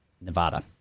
Nevada